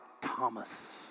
Thomas